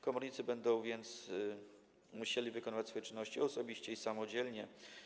Komornicy będą więc musieli wykonywać swoje czynności osobiście i samodzielnie.